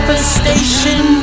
Devastation